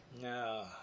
No